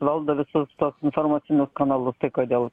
valdo visu tuos informacinius kanalus tai kodėl